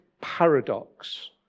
paradox